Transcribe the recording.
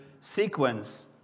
sequence